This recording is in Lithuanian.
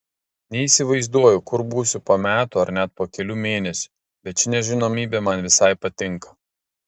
neįsivaizduoju kur būsiu po metų ar net po kelių mėnesių bet ši nežinomybė man visai patinka